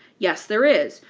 yes, there is.